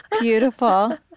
Beautiful